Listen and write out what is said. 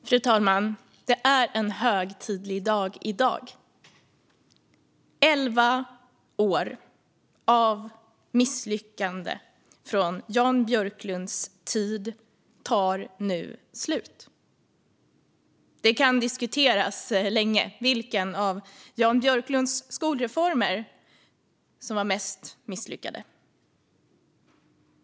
Fru talman! Det är en högtidlig dag i dag. Elva år av misslyckanden från Jan Björklunds tid tar nu slut. Det kan diskuteras länge vilken av Jan Björklunds skolreformer som var mest misslyckad.